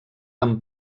amb